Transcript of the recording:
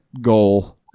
goal